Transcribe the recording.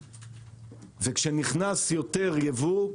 כשנכנס יותר יבוא,